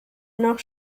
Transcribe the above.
noch